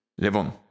Levon